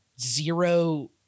zero